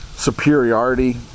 superiority